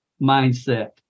mindset